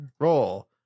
Roll